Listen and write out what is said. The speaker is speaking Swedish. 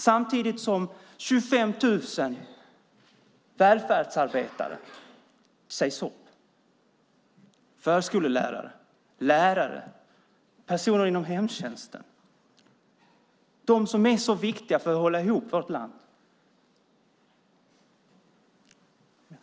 Samtidigt sägs 25 000 välfärdsarbetare upp, förskollärare, lärare och personer inom hemtjänsten, de som är så viktiga för att hålla ihop vårt land.